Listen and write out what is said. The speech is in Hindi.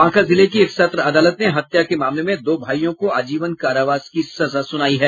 बांका जिले की एक सत्र अदालत ने हत्या के मामले में दो भाईयों को आजीवन करावास की सजा सुनाई है